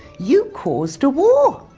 you caused a war.